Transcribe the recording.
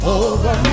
over